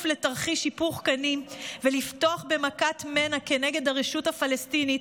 לתרחיש היפוך קנים ולפתוח במכת מנע כנגד הרשות הפלסטינית,